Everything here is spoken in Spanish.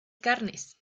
carnes